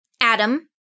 Adam